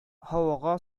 һавага